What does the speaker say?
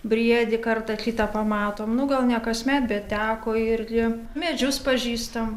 briedį kartą kitą pamatom nu gal ne kasmet bet teko irgi medžius pažįstam